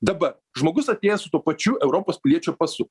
dabar žmogus atėjęs su tuo pačiu europos piliečio pasu